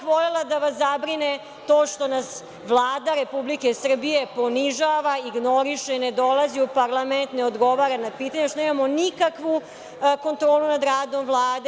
Volela bih da vas zabrine to što nas Vlada Republike Srbije ponižava, ignoriše, ne dolazi u parlament, ne odgovara na pitanja, što nemamo nikakvu kontrolu nad radom Vlade.